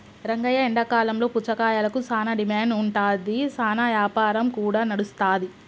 రంగయ్య ఎండాకాలంలో పుచ్చకాయలకు సానా డిమాండ్ ఉంటాది, సానా యాపారం కూడా నడుస్తాది